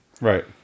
right